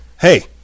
Hey